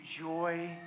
joy